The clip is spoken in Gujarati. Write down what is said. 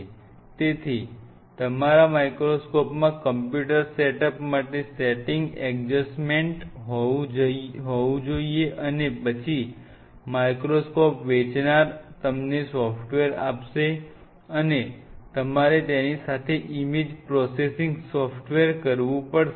તેથી તમારા માઇક્રોસ્કોપમાં કમ્પ્યુટર સેટઅપ માટે સેટિંગ એડજસ્ટમેન્ટ હોવું જોઈએ અને પછી માઇક્રોસ્કોપ વેચનાર તમને સોફ્ટવેર આપશે અને તમારે તેની સાથે ઇમેજ પ્રોસેસિંગ સોફ્ટવેર કર વું પડશે